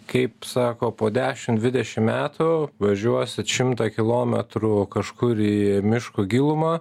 kaip sako po dešim dvidešim metų važiuosit šimtą kilometrų kažkur į miško gilumą